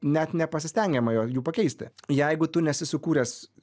net nepasistengiama jų pakeisti jeigu tu nesi sukūręs